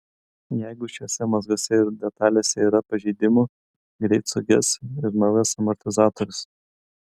jeigu šiuose mazguose ir detalėse yra pažeidimų greit suges ir naujas amortizatorius